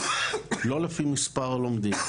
לא לפי מספר הלומדים.